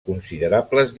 considerables